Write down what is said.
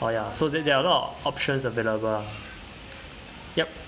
or ya so that there are a lot of options available ah yup